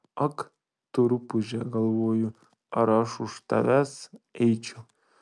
ak tu rupūže galvoju ar aš už tavęs eičiau